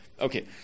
Okay